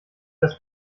das